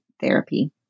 therapy